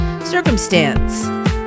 circumstance